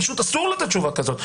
פשוט אסור לתת תשובה כזאת.